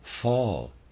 fall